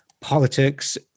politics